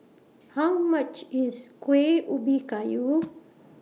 How much IS Kuih Ubi Kayu